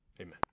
Amen